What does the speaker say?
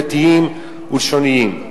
דתיים ולשוניים.